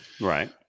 right